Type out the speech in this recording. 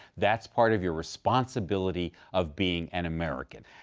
that's part of your responsibility of being an american.